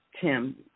Tim